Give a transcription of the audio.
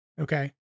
Okay